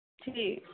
ठीक